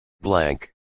Blank